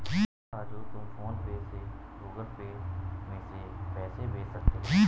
हां राजू तुम PhonePe से गुगल पे में पैसे भेज सकते हैं